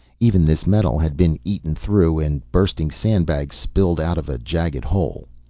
even this metal had been eaten through and bursting sandbags spilled out of a jagged hole.